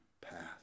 path